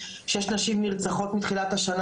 שש נשים נרצחות מתחילת השנה.